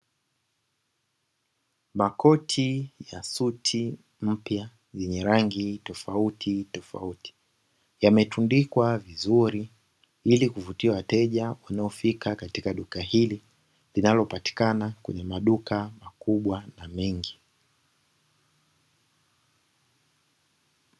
Makoti ya suti mpya yenye rangi tofautitofauti; yametundikwa vizuri ili kuvutia wateja wanaofika katika duka hili, linalopatikana kwenye maduka makubwa na mengi.